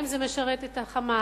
האם זה משרת את ה"חמאס",